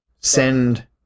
send